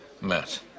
matt